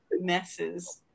messes